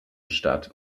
statt